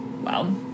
Wow